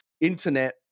internet